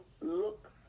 look